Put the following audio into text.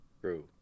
True